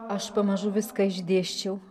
aš pamažu viską išdėsčiau